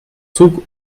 zug